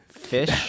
Fish